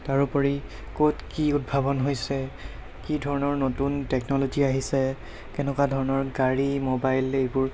তাৰোপৰি ক'ত কি উদ্ভাৱন হৈছে কি ধৰণৰ নতুন টেকন'লজি আহিছে কেনেকুৱা ধৰণৰ গাড়ী মোবাইল এইবোৰ